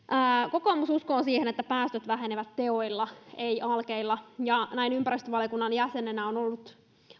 kokoomus uskoo siihen että päästöt vähenevät teoilla eivät aikeilla näin ympäristövaliokunnan jäsenenä on ollut